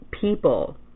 people